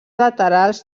laterals